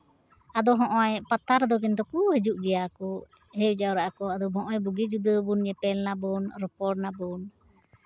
ᱟᱫᱚ ᱱᱚᱜᱼᱚᱭ ᱯᱟᱛᱟ ᱨᱮᱫᱚ ᱠᱤᱱᱛᱩ ᱠᱚ ᱦᱤᱡᱩᱜ ᱜᱮᱭᱟ ᱠᱚ ᱦᱮᱡ ᱡᱟᱣᱨᱟᱜ ᱟᱠᱚ ᱟᱫᱚ ᱦᱚᱸᱜ ᱚᱭ ᱵᱩᱜᱤ ᱡᱩᱫᱟᱹ ᱵᱚᱱ ᱧᱮᱯᱮᱞ ᱱᱟᱵᱚᱱ ᱨᱚᱯᱚᱲ ᱮᱱᱟᱵᱚᱱ